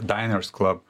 diners club